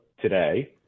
today